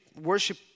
worship